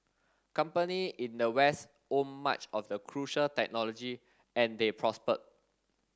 company in the west owned much of the crucial technology and they prospered